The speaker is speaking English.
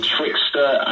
Trickster